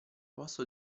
posto